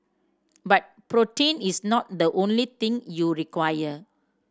but protein is not the only thing you require